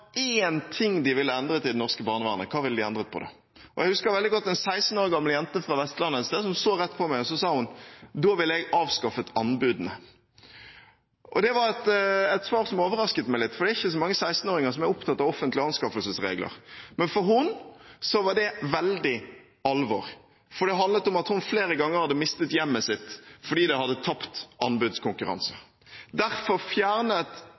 norske barnevernet, hva ville de da ha endret på? Jeg husker veldig godt en 16 år gammel jente fra Vestlandet et sted, som så rett på meg og sa: Da ville jeg avskaffet anbudene. Det var et svar som overrasket meg litt, for det er ikke så mange 16-åringer som er opptatt av offentlige anskaffelsesregler. Men for henne var dette veldig alvor, for det handlet om at hun flere ganger hadde mistet hjemmet sitt fordi det hadde tapt anbudskonkurransen. Derfor fjernet